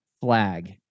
flag